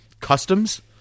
customs